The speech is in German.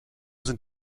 sind